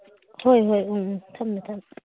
ꯍꯣꯏ ꯍꯣꯏ ꯎꯝ ꯎꯝ ꯊꯝꯃꯦ ꯊꯝꯃꯦ